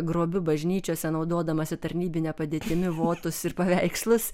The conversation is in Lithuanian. grobiu bažnyčiose naudodamasi tarnybine padėtimi votus ir paveikslus